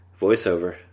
voiceover